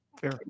fair